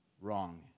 wrong